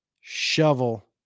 shovel